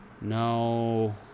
No